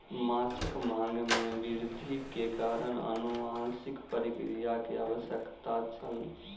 माँछक मांग में वृद्धि के कारण अनुवांशिक प्रक्रिया के आवश्यकता छल